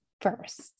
first